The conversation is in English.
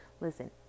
Listen